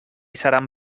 seran